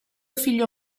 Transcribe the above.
figlio